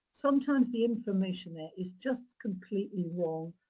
sometimes the information there is just completely wrong.